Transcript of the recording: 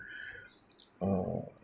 uh